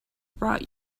brought